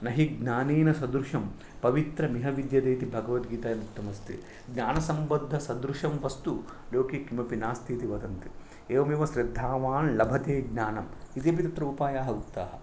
न हि ज्ञानेन सदृशं पवित्रमिह विद्यते इति भगवद्गीतायां उक्तम् अस्ति ज्ञानसम्बद्धसदृशं वस्तु लोके किमपि नास्ति इति वदन्ति एवमेव श्रद्धावान् लभते ज्ञानम् इति अपि तत्र उपायः उक्तः